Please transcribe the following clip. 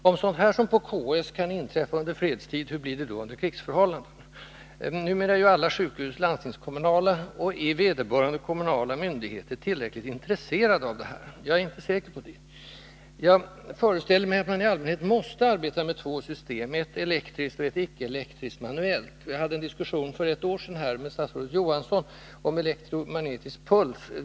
Om sådant som på Karolinska sjukhuset kan inträffa under fredstid, hur blir det då under krigsförhållanden? Numera är alla sjukhus landstingskommunala, men är vederbörande kommunala myndigheter tillräckligt intresserade av detta? Jag är inte säker på det. Jag föreställer mig att man i allmänhet måste arbeta med två system, ett elektriskt och ett icke-elektriskt, manuellt. Jag hade en diskussion här i 31 kammaren för ett år sedan med statsrådet Olof Johansson om elektromagnetisk puls.